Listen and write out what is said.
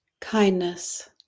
kindness